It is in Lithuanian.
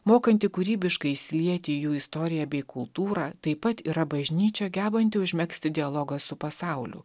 mokanti kūrybiškai įsilieti į jų istoriją bei kultūrą taip pat yra bažnyčia gebanti užmegzti dialogą su pasauliu